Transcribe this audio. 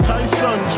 Tyson